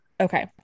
Okay